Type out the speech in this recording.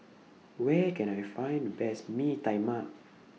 Where Can I Find Best Mee Tai Mak